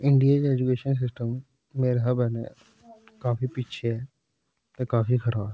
India च education system मेरे स्हाबा कन्नै काफी पिच्छे ऐ ते काफी खराब ऐ